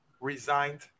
resigned